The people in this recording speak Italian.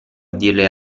dirle